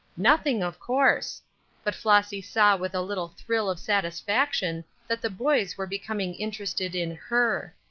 nothing, of course but flossy saw with a little thrill of satisfaction that the boys were becoming interested in her.